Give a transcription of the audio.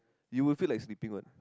you will feel like sleeping one